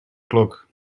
klok